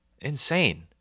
insane